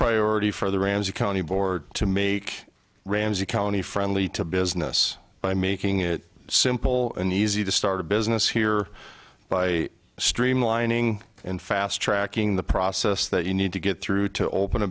priority for the ramsey county board to make ramsey county friendly to business by making it simple and easy to start a business here by streamlining and fast tracking the process that you need to get through to open a